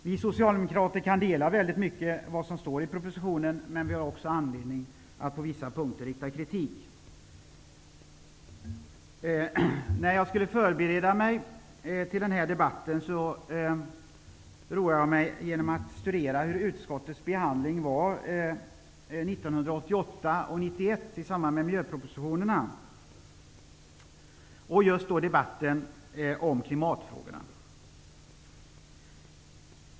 Vi socialdemokrater kan ställa oss bakom väldigt mycket av det som står i propositionen, men vi har också anledning att rikta kritik på vissa punkter. När jag skulle förbereda mig för den här debatten roade jag mig med att studera hur utskottets behandling såg ut 1988 och 1991 i samband med miljöpropositionerna, speciellt debatten om klimatfrågorna.